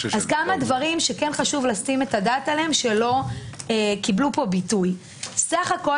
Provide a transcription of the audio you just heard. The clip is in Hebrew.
אז כמה דברים שחשוב לתת את הדעת להם שלא קיבלו פה ביטוי: סך כול